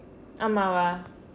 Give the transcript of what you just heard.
ஆமாம் வா:aamaam vaa